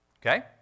Okay